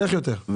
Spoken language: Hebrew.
צריך יותר.